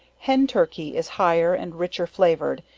hen turkey, is higher and richer flavor'd,